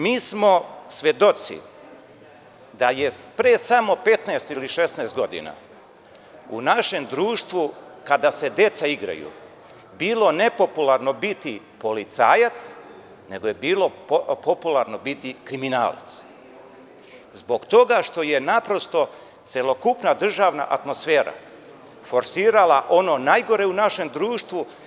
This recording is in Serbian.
Mi smo svedoci da je pre samo 15 ili 16 godina u našem društvu, kada se deca igraju, bilo nepopularno biti policajac, nego je bilo popularno biti kriminalac, a zbog toga što je celokupna državna atmosfera forsirala ono najgore u našem društvu.